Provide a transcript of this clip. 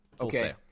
Okay